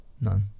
None